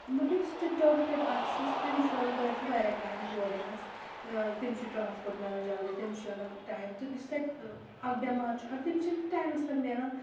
مگر یُس تَتہِ ڈاکٹَر آسہِ سُہ تٔمِس چھُ لَگان گۄڈٕنٮ۪تھٕے واریاہ ٹایم تور یِنَس تٔمِس چھُ ٹرٛانَسپوٹ مِلان جلدی تٔمِس چھُ لَگان ٹایم تہٕ یُس تَتہِ اَکھ بٮ۪مار چھُ تٔمِس چھِنہٕ ٹایمَس پٮ۪ٹھ مِلان